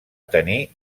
tenir